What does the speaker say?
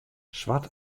swart